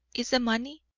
is the money,